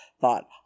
thought